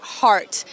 heart